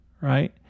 Right